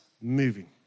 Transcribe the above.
moving